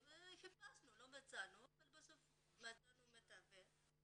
חיפשנו, לא מצאנו, אבל בסוף מצאנו מתווך.